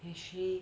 actually